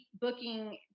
booking